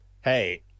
Hey